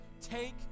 Take